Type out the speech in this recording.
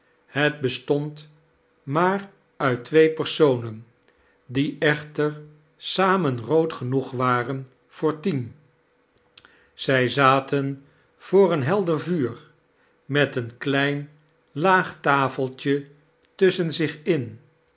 het bestond maar uit twee pexsonen die echter samen rood geiioeg waren voor tien zrj zaten voor een heider vuur met een klein laag tafeltje tussohen zich in